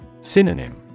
Synonym